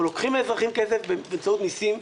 אנחנו לוקחים מהאזרחים כסף באמצעות מסים,